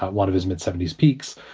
one of his mid seventy s peaks